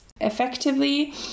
effectively